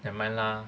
nevermind lah